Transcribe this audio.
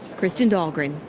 kristen dahlgren,